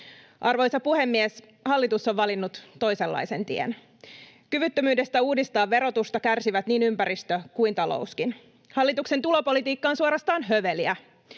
Arvoisa puhemies! Hallitus on valinnut toisenlaisen tien. Kyvyttömyydestä uudistaa verotusta kärsivät niin ympäristö kuin talouskin. Hallituksen tulopolitiikka on suorastaan höveliä.